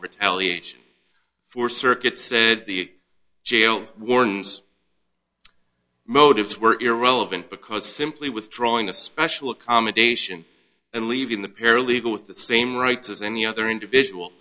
retaliation for circuit said the jail warns motives were irrelevant because simply withdrawing a special accommodation and leaving the paralegal with the same rights as any other individual